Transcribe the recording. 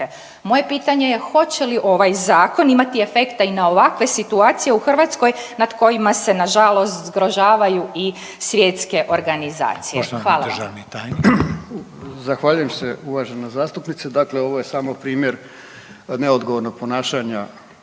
Moje pitanje je hoće li ovaj zakon imati efekta i na ovakve situacije u Hrvatskoj nad kojima se na žalost zgrožavaju i svjetske organizacije. Hvala. **Reiner, Željko (HDZ)** Poštovani državni